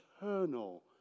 eternal